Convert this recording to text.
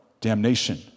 damnation